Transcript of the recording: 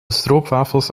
stroopwafels